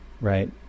right